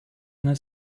eine